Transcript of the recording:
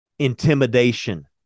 intimidation